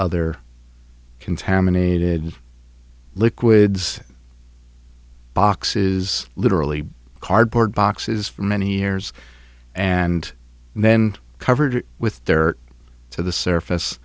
other contaminated liquids boxes literally cardboard boxes from many years and then covered with there to the surface